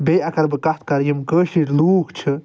بیٚیہِ اگر بہٕ کتھ کٔرٕ یِم کٲشر لوٗکھ چھِ